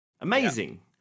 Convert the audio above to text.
Amazing